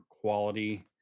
quality